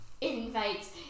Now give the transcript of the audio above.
invites